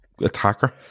attacker